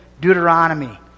Deuteronomy